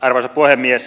arvoisa puhemies